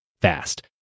fast